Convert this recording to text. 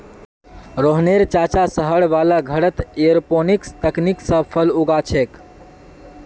रोहनेर चाचा शहर वाला घरत एयरोपोनिक्स तकनीक स फल उगा छेक